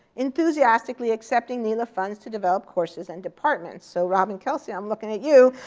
enthusiastically accepting nela funds to develop courses and departments. so robin kelsey, i'm looking at you.